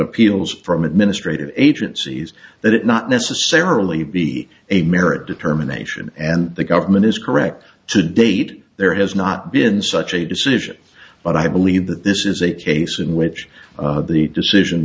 appeals from administrative agencies that it not necessarily be a merit determination and the government is correct to date there has not been such a decision but i believe that this is a case in which the decision